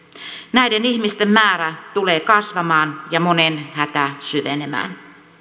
näiden ihmisten määrä tulee kasvamaan ja monen hätä syvenemään